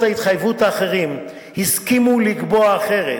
ההתחייבות האחרים הסכימו לקבוע אחרת,